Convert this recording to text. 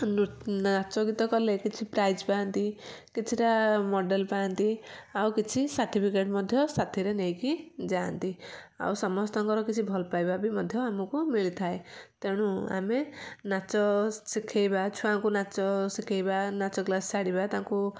ନାଚ ଗୀତ କଲେ କିଛି ପ୍ରାଇଜ୍ ପାଆନ୍ତି କିଛିଟା ମଡ଼େଲ୍ ପାଆନ୍ତି ଆଉ କିଛି ସାର୍ଟିଫିକେଟ୍ ମଧ୍ୟ ସାଥିରେ ନେଇକି ଯାଆନ୍ତି ଆଉ ସମସ୍ତଙ୍କର କିଛି ଭଲ ପାଇବା ବି ମଧ୍ୟ ଆମକୁ ମିଳିଥାଏ ତେଣୁ ଆମେ ନାଚ ଶିଖାଇବା ଛୁଆଙ୍କୁ ନାଚ ଶିଖାଇବା ନାଚ କ୍ଲାସ୍ ଛାଡ଼ିବା ତାଙ୍କୁ